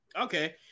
Okay